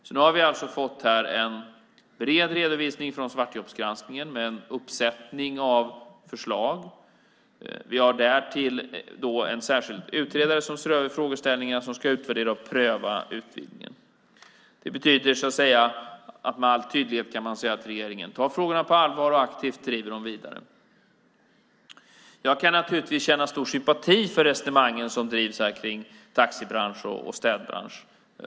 Vi har alltså fått en bred redovisning från svartjobbsgranskningen med en uppsättning förslag. Vi har dessutom en särskild utredare som ser över frågeställningarna och ska utvärdera och pröva utvidgningen. Det betyder att man med all tydlighet kan säga att regeringen tar frågorna på allvar och aktivt driver dem vidare. Jag kan naturligtvis känna stor sympati för resonemangen om taxibransch och städbransch.